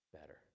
better